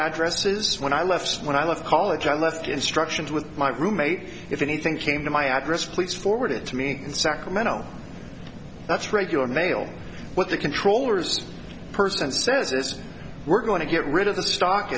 addresses when i left when i left college i left instructions with my roommate if anything came to my address please forward it to me in sacramento that's regular mail what the controllers person says is we're going to get rid of the stock